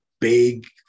big